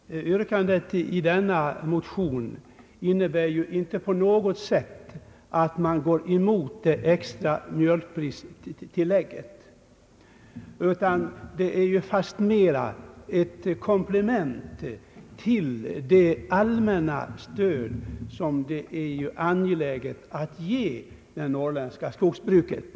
Herr talman! Yrkandet i motionen i denna fråga innebär inte på något sätt att man går emot det extra mjölkpristillägget, utan det utgör fastmera ett komplement till det allmänna stöd som det är angeläget att ge det norrländska jordbruket.